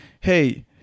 hey